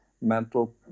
mental